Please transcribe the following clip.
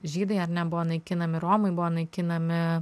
žydai ar ne buvo naikinami romai buvo naikinami